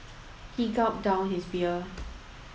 he gulped down his beer